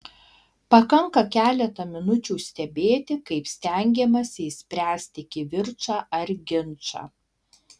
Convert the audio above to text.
pakanka keletą minučių stebėti kaip stengiamasi išspręsti kivirčą ar ginčą